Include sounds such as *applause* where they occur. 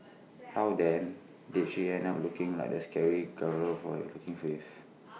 *noise* how then did she end up looking like the scary gargoyle for you looking for with